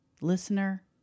Listener